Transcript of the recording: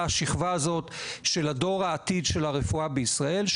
והשכבה הזאת של דור העתיד של הרפואה בישראל,